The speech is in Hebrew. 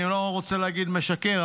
אני לא רוצה להגיד "משקר",